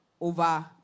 over